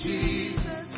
Jesus